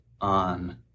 on